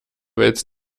wälzt